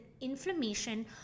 inflammation